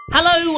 Hello